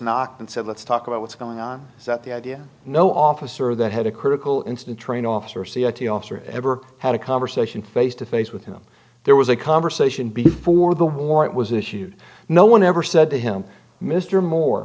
knocked and said let's talk about what's going on is that the idea no officer that had a critical incident trained officer officer ever had a conversation face to face with him there was a conversation before the warrant was issued no one ever said to him mr moore